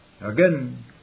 Again